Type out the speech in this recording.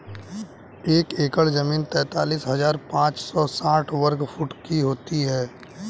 एक एकड़ जमीन तैंतालीस हजार पांच सौ साठ वर्ग फुट होती है